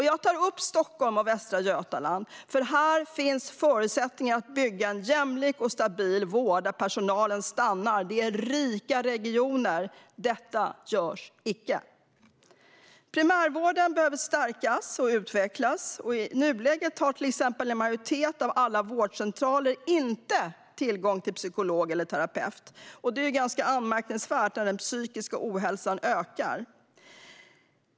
Jag tar upp Stockholm och Västra Götaland för att det här finns förutsättningar för att bygga en jämlik och stabil vård där personalen stannar. Det är rika regioner. Men detta görs icke. Primärvården behöver stärkas och utvecklas. I nuläget har till exempel en majoritet av alla vårdcentraler inte tillgång till psykolog eller terapeut. Det är ganska anmärkningsvärt när den psykiska ohälsan ökar.